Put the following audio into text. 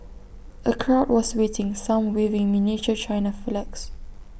A crowd was waiting some waving miniature China flags